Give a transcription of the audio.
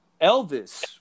Elvis